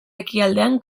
ekialdean